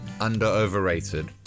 under-overrated